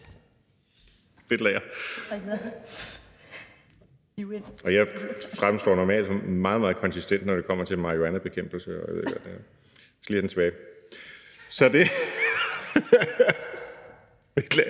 rigtig retning – jeg fremstår normalt meget, meget konsistent, når det kommer til marihuanabekæmpelse; det